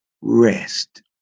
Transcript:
rest